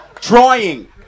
Trying